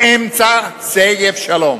באמצע שגב-שלום.